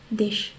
dish